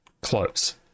Close